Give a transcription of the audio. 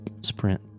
sprint